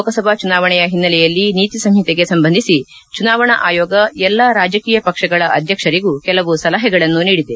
ಲೋಕಸಭಾ ಚುನಾವಣೆಯ ಹಿನ್ನೆಲೆಯಲ್ಲಿ ನೀತಿ ಸಂಒತೆಗೆ ಸಂಬಂಧಿಸಿ ಚುನಾವಣಾ ಆಯೋಗ ಎಲ್ಲಾ ರಾಜಕೀಯ ಪಕ್ಷಗಳ ಅಧ್ಯಕ್ಷರಿಗೂ ಕೆಲವು ಸಲಹೆಗಳನ್ನು ನೀಡಿದೆ